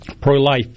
pro-life